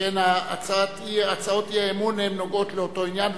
שכן הצעות האי-אמון נוגעות לאותו עניין,